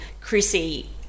Chrissy